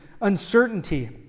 uncertainty